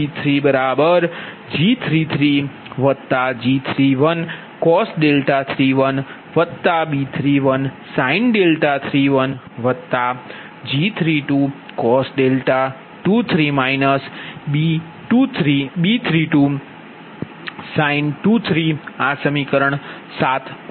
એ જ રીતે P2G22G23cos23B23sin23 અને P3G33G31cos31B31sin31G32cos23 B32sin23 આ સમીકરણ 7 છે